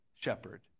shepherd